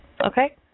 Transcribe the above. Okay